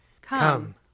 Come